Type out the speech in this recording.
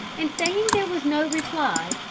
and saying there was no reply,